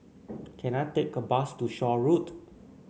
can I take a bus to Shaw Road